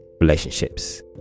relationships